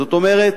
זאת אומרת,